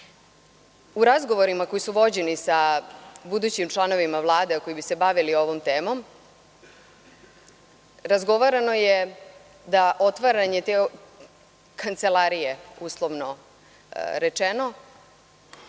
razgovorima koji su vođeni sa budućim članovima Vlade a koji bi se bavili ovom temom, razgovarano je da otvaranje te kancelarije, uslovno rečeno,